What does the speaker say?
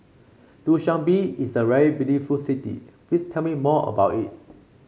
Dushanbe is a very beautiful city please tell me more about it